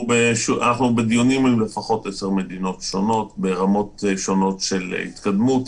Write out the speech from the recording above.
אנחנו בדיונים עם לפחות עשר מדינות שונות ברמות שונות של התקדמות.